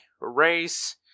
race